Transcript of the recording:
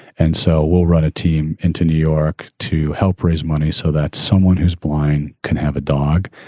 and so we'll run a team into new york to help raise money so that someone who's blind can have a dog.